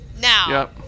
now